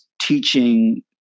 teaching